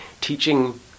teaching